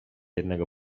jednego